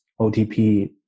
OTP